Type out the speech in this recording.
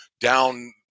down